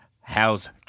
how's